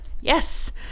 Yes